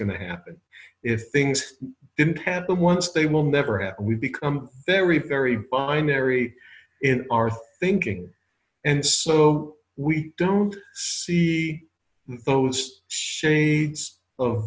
going to happen if things didn't happen once they will never have we become very very binary in our thinking and so we don't see those shades of